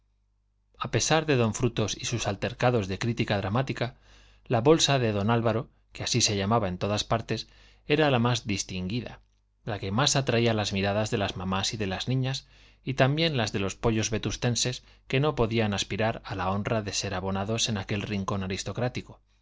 a pesar de d frutos y sus altercados de crítica dramática la bolsa de d álvaro que así se llamaba en todas partes era la más distinguida la que más atraía las miradas de las mamás y de las niñas y también las de los pollos vetustenses que no podían aspirar a la honra de ser abonados en aquel rincón aristocrático